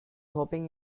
hoping